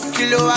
Kilo